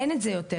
אין את זה יותר.